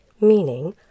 meaning